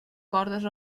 cordes